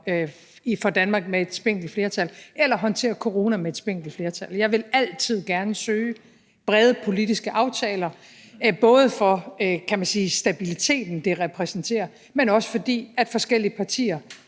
for Danmark med et spinkelt flertal, eller at man håndterer corona med et spinkelt flertal. Jeg vil altid gerne søge brede politiske aftaler, både på grund af stabiliteten, det repræsenterer, kan man sige, men også fordi forskellige partier